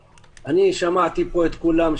שמעתי פה את כולם.